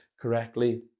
correctly